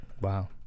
Wow